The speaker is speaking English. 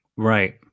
Right